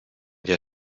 wir